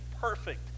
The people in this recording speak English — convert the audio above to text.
perfect